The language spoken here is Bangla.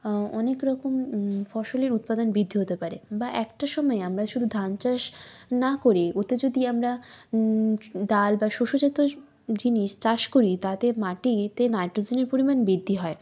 অনেক রকম ফসলের উৎপাদন বৃদ্ধি হতে পারে বা একটা সময়ে আমরা শুধু ধান চাষ না করি ওতে যদি আমরা ডাল বা শস্য জিনিস চাষ করি তাতে মাটিতে নাইট্রোজেনের পরিমাণ বৃদ্ধি হয়